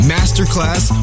Masterclass